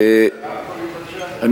רגע, סליחה, אפשר להגביר את הרמקולים, בבקשה?